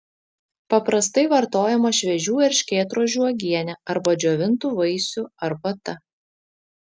paprastai vartojama šviežių erškėtrožių uogienė arba džiovintų vaisių arbata